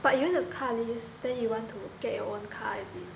but you want a car which is then you want to get your own car is it